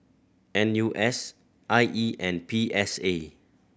N U S I E and P S A